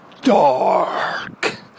dark